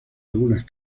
algunas